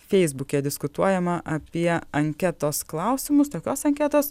feisbuke diskutuojama apie anketos klausimus tokios anketos